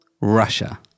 Russia